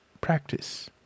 practice